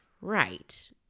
Right